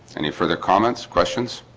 any further comments questions?